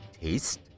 taste